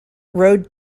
road